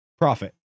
profit